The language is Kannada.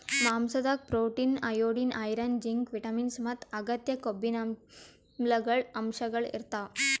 ಮಾಂಸಾದಾಗ್ protein, iodine, iron, zinc, vitamins ಮತ್ತ್ ಅಗತ್ಯ ಕೊಬ್ಬಿನಾಮ್ಲಗಳ್ ಅಂಶಗಳ್ ಇರ್ತವ್